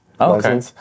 Okay